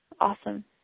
awesome